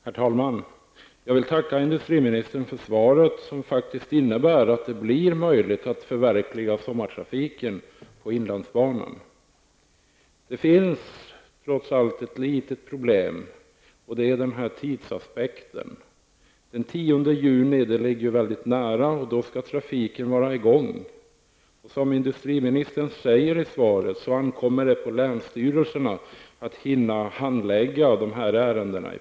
Herr talman! Jag vill tacka industriministern för svaret, som faktiskt innebär att det blir möjligt att förverkliga projektet Sommartrafik 91 på inlandsbanan. Det finns trots allt ett litet problem, och det är tidsaspekten. Den 10 juni -- och dit är det inte så långt -- skall trafiken vara i gång. Som industriministern säger i svaret ankommer det på länsstyrelserna att hinna med att handlägga dessa ärenden.